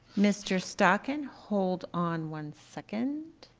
mr. stocking, hold on one second.